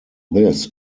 this